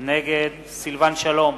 נגד סילבן שלום,